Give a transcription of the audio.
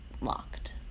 locked